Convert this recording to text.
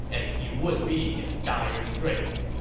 and he would be in dire straits.